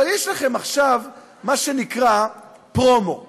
אבל יש לכם עכשיו מה שנקרא פרומו בירושלים: